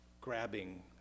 grabbing